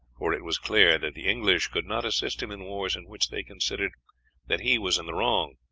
for it was clear that the english could not assist him in wars in which they considered that he was in the wrong.